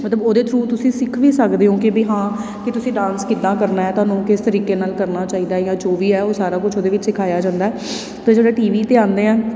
ਮਤਲਵ ਉਹਦੇ ਥਰੂ ਤੁਸੀਂ ਸਿੱਖ ਵੀ ਸਕਦੇ ਹੋ ਕਿ ਵੀ ਹਾਂ ਕਿ ਤੁਸੀਂ ਡਾਂਸ ਕਿੱਦਾਂ ਕਰਨਾ ਤੁਹਾਨੂੰ ਕਿਸ ਤਰੀਕੇ ਨਾਲ ਕਰਨਾ ਚਾਹੀਦਾ ਜਾਂ ਜੋ ਵੀ ਹੈ ਉਹ ਸਾਰਾ ਕੁਛ ਉਹਦੇ ਵਿੱਚ ਹੀ ਸਿਖਾਇਆ ਜਾਂਦਾ ਅਤੇ ਜਿਹੜੇ ਟੀ ਵੀ 'ਤੇ ਆਉਂਦੇ ਹੈ